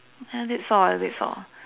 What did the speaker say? I did saw I did saw